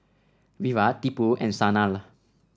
Virat Tipu and Sanal